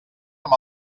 amb